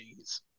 jeez